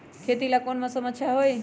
खेती ला कौन मौसम अच्छा होई?